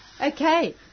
okay